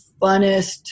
funnest